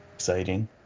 exciting